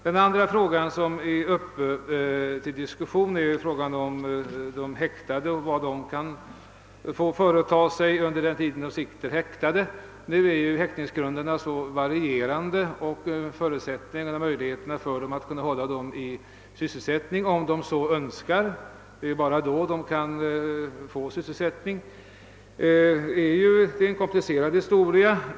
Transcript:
Den andra fråga som nu är uppe till diskussion är frågan om vad de häktade kan få företa sig under den tid de sitter häktade. Häktningsgrunderna är ju så varierande, och förutsättningarna för att kunna hålla de häktade i sysselsättning, om de så önskar — det är ju bara då de kan få sysselsättning — är en komplicerad historia.